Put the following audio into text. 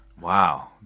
Wow